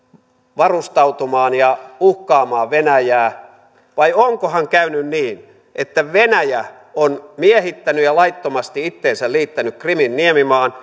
varustautumaan ja uhkaamaan venäjää vai onkohan käynyt niin että venäjä on miehittänyt ja laittomasti itseensä liittänyt krimin niemimaan